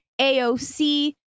AOC